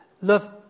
love